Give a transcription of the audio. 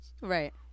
Right